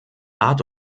art